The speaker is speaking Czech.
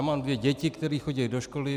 Mám dvě děti, které chodí do školy.